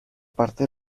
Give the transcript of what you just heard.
parte